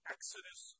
Exodus